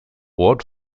ort